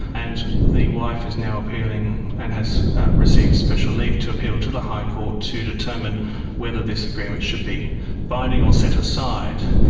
and the wife is now appealing and has received special leave to appeal to the high court to determine whether this agreement should be binding or set aside.